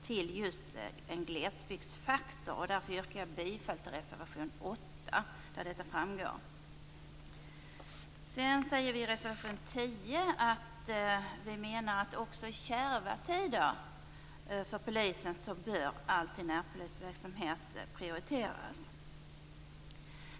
Därför yrkar jag bifall till reservation 8, där detta behandlas. I reservation 10 menar vi att närpolisverksamhet alltid bör prioriteras, även i för polisen kärva tider.